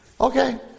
Okay